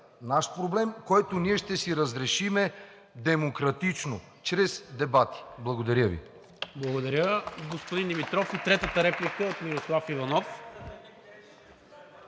наш проблем, който ние ще си разрешим демократично – чрез дебати. Благодаря Ви.